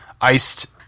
iced